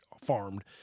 farmed